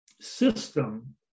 system